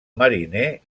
mariner